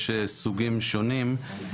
יש סוגים שונים.